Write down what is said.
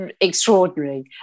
extraordinary